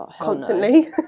constantly